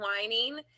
whining